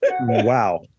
Wow